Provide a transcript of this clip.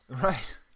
Right